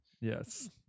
Yes